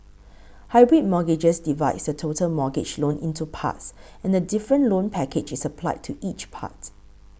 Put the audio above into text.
hybrid mortgages divides the total mortgage loan into parts and a different loan package is applied to each part